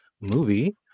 movie